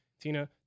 Tina